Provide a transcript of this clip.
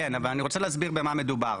כן אבל אני רוצה להסביר על מה מדובר.